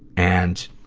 and,